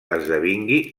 esdevingui